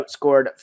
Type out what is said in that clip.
outscored